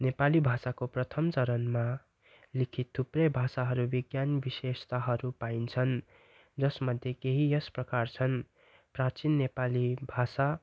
नेपाली भाषाको प्रथम चरणमा लिखित थुप्रै भाषाहरू विज्ञान विशेषताहरू पाइन्छन् जसमध्ये केही यसप्रकार छन् प्राचिन नेपाली भाषा